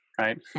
right